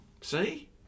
See